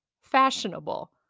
fashionable